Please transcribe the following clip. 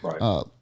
right